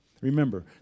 Remember